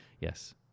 Yes